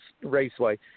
Raceway